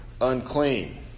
unclean